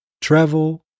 travel